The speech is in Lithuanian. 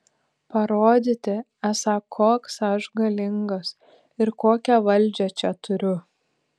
parodyti esą koks aš galingas ir kokią valdžią čia turiu